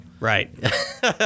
Right